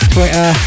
Twitter